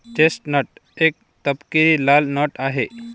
chestnut एक तपकिरी लाल नट आहे